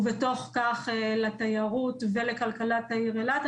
ובתוך כך לתיירות ולכלכלת העיר אילת.